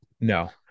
No